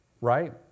Right